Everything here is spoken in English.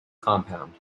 compound